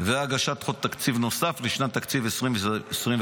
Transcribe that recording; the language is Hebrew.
והגשת חוק תקציב נוסף לשנת התקציב 2024,